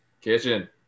kitchen